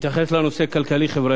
אתייחס לנושא הכלכלי-חברתי,